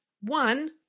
One